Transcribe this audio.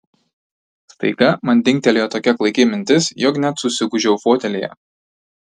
staiga man dingtelėjo tokia klaiki mintis jog net susigūžiau fotelyje